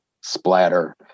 splatter